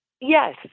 Yes